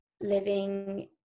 living